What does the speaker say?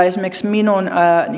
esimerkiksi minun